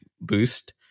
boost